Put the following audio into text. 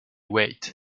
wait